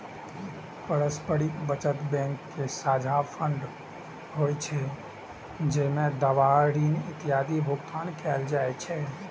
पारस्परिक बचत बैंक के साझा फंड होइ छै, जइसे दावा, ऋण आदिक भुगतान कैल जाइ छै